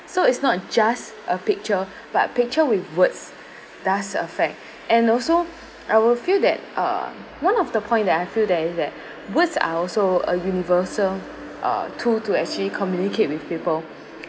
so it's not just a picture but picture with words does affect and also I will feel that uh one of the point that I feel that is that words are also a universal uh tool to actually communicate with people